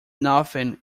nothing